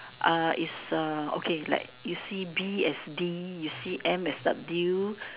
uh is uh okay like you see B as D you see M as W